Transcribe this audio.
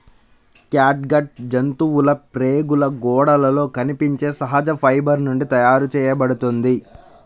catgut జంతువుల ప్రేగుల గోడలలో కనిపించే సహజ ఫైబర్ నుండి తయారు చేయబడుతుంది